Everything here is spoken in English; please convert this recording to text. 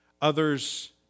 others